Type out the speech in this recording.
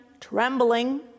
trembling